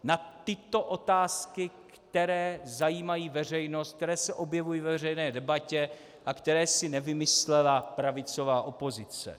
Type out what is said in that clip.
Na tyto otázky, které zajímají veřejnost, které se objevují ve veřejné debatě a které si nevymyslela pravicová opozice.